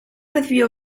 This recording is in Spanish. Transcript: recibió